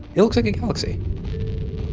it looks like a galaxy